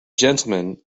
gentleman